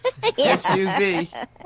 SUV